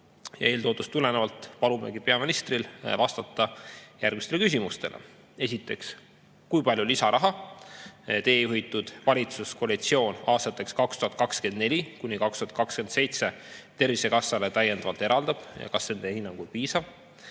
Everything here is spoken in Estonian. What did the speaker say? Eeltoodust tulenevalt palumegi peaministril vastata järgmistele küsimustele. Esiteks, kui palju lisaraha teie juhitud valitsuskoalitsioon aastateks 2024–2027 Tervisekassale täiendavalt eraldab? Kas see on teie hinnangul piisav?